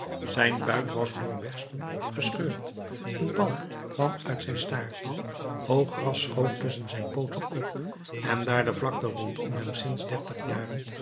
zijn buik was door bersten gescheurd een balk kwam uit zijn staart hoog gras schoot tusschen zijn pooten op en daar de vlakte rondom hem sinds dertig jaren